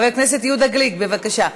חבר הכנסת יהודה גליק, בבקשה.